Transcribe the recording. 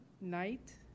night